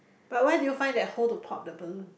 but where do you find that hole to pop the balloon